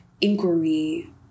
inquiry